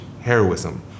heroism